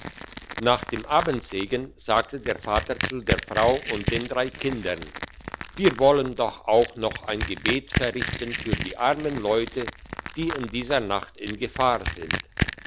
nach dem abendsegen sagte der vater zu der frau und den drei kindern wir wollen doch auch noch ein gebet verrichten für die armen leute die in dieser nacht in gefahr sind